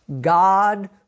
God